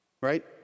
right